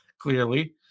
clearly